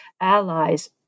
allies